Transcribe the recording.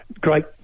Great